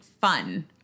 fun